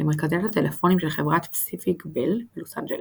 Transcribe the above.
למרכזיית הטלפונים של חברת פסיפיק-בל בלוס-אנג'לס,